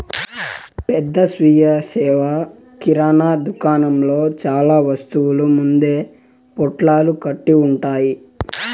పెద్ద స్వీయ సేవ కిరణా దుకాణంలో చానా వస్తువులు ముందే పొట్లాలు కట్టి ఉంటాయి